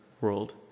world